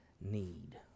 need